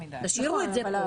תשאירו את זה פה.